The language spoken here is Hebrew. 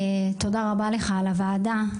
תודה רבה לך על הוועדה.